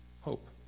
hope